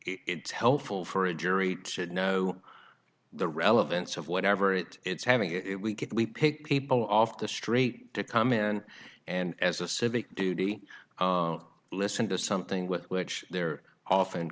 it's helpful for a jury should know the relevance of whatever it it's having it we get we pick people off the street to come in and as a civic duty listen to something with which they're often